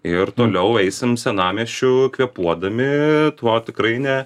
ir toliau eisim senamiesčiu kvėpuodami tuo tikrai ne